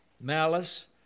malice